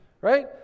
right